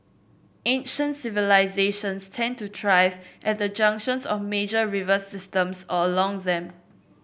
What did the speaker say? ancient civilisations tended to thrive at the junctions of major river systems or along them